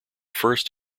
first